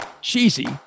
cheesy